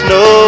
no